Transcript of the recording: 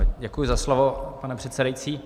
Děkuji za slovo, pane předsedající.